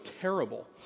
terrible